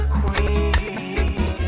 queen